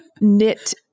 knit